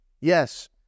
Yes